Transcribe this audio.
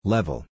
Level